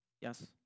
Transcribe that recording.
Yes